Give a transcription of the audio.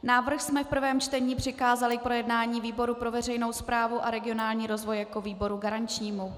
Návrh jsme v prvém čtení přikázali k projednání výboru pro veřejnou správu a regionální rozvoj jako výboru garančnímu.